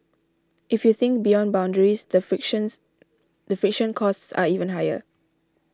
if you think beyond boundaries the frictions the friction costs are even higher